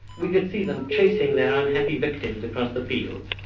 we could see them chasing their unhappy victims across the fields.